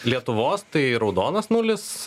lietuvos tai raudonas nulis